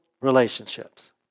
relationships